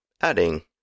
adding